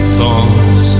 Thoughts